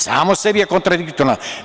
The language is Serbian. Samo je sebi kontradiktorno.